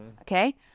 okay